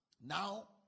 Now